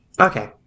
okay